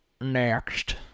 Next